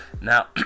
Now